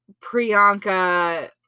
Priyanka